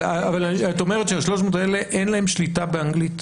אבל את אומרת של-300 האלה אין שליטה באנגלית?